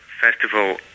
festival